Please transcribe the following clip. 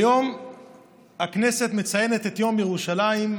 היום הכנסת מציינת את יום ירושלים.